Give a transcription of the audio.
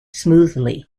smoothly